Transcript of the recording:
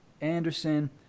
Anderson